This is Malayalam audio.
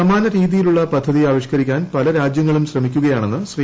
സമാന രീതിയിലുള്ള പദ്ധതി ആവിഷ്കരിക്കാൻ പല രാജ്യങ്ങളും ശ്രമിക്കുകയാണെന്ന് ശ്രീ